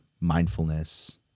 mindfulness